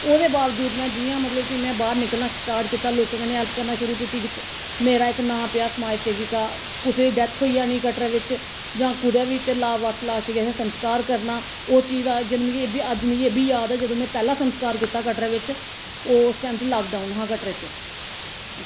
ओह्दे बावजूद में जियां मतलब कि में बाहर निकलना स्टार्ट कीता लोकें कन्नै हेल्प करना शुरू कीती मेरा इक नांऽ पेआ समाज सेविका कुसै दी डेथ होई जानी कटरा बिच्च जां कुदै बी ते लावारिस लाश गी असें संस्कार करना ओह् चीज़ अज्ज मिगी अज्ज बी याद ऐ जदूं में पैह्ला संस्कार कीता कटरै बिच्च ओह् उस टाईम च लाकडाउन हा कटरै बिच्च